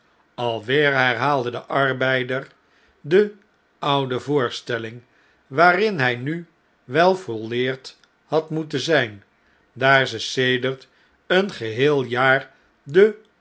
alweer herhaalde de arbeider de oude voorstelling waarin hjj nu wel volleerd had moeten zn'n daar ze sedert een geheel jaar de